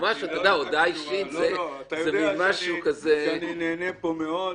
הודעה אישית זה מן משהו דרמטי.